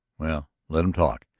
well, let them talk.